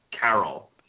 carol